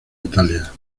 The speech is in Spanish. italia